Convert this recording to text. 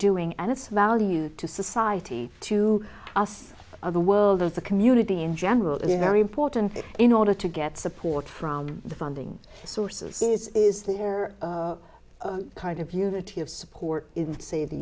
doing and it's value to society to us or the world or the community in general is very important in order to get support from the funding sources is there kind of unity of support in say the